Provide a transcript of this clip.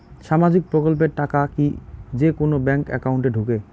সামাজিক প্রকল্পের টাকা কি যে কুনো ব্যাংক একাউন্টে ঢুকে?